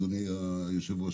אדוני היושב ראש,